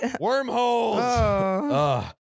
Wormholes